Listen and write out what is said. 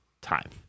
time